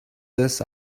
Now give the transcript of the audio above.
this